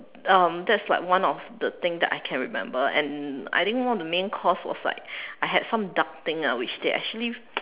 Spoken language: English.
um that's like one of the thing that I remember and I think one of the main course was like I had some duck thing ah which they actually